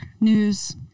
news